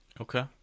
Okay